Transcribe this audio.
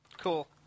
Cool